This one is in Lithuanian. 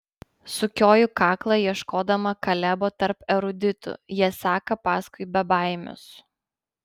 sukioju kaklą ieškodama kalebo tarp eruditų jie seka paskui bebaimius